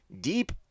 Deep